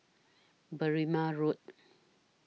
Berrima Road